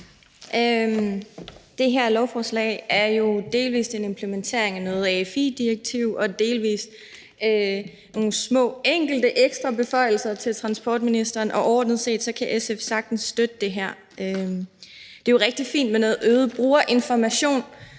Det her lovforslag er jo delvis en implementering af AFI-direktivet og delvis nogle små enkelte ekstra beføjelser til transportministeren, og overordnet set kan SF sagtens støtte det her. For det er jo rigtig fint med noget øget brugerinformation,